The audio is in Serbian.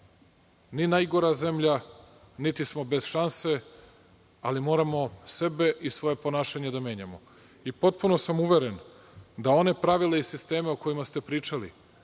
ni najgora zemlja, niti smo bez šanse, ali moramo sebe i svoje ponašanje da menjamo i potpuno sam uveren da ona pravila sistema o čemu ste pričali,